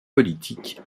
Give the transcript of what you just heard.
politique